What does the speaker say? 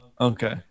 Okay